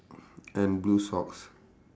and blue socks